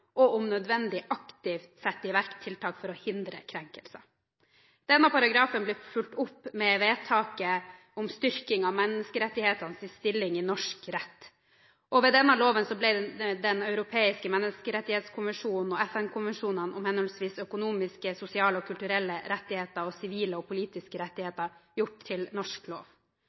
og om nødvendig aktivt sette i verk tiltak for å hindre krenkelser. Denne paragrafen ble fulgt opp med vedtaket om styrking av menneskerettighetenes stilling i norsk rett. Ved denne loven ble Den europeiske menneskerettskonvensjon, EMK, og FN-konvensjonene om henholdsvis økonomiske, sosiale og kulturelle rettigheter, ØSK, og sivile og politiske rettigheter, SP, gjort til norsk lov.